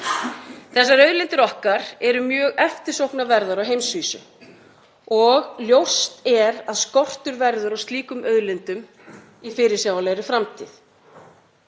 Þessar auðlindir okkar eru mjög eftirsóknarverðar á heimsvísu og ljóst er að skortur verður á slíkum auðlindum í fyrirsjáanlegri framtíð.